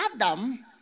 Adam